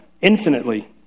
infinitely